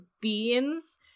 beans